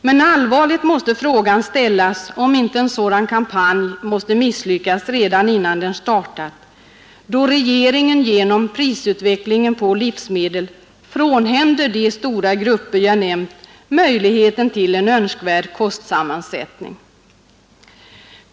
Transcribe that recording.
Men allvarligt måste frågan ställas, om inte en sådan kampanj kommer att misslyckas redan innan den startat, då regeringen genom prisutvecklingen på livsmedel frånhänder de stora grupper jag nämnt möjligheten till en önskvärd kostsammansättning.